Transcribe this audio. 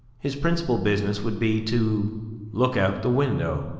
his principal business would be to look out the window.